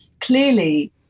Clearly